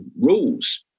rules